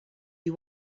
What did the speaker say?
you